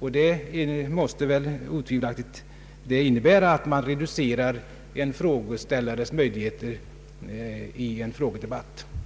En reduktion av en frågeställares möjligheter i en frågedebatt måste